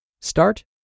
start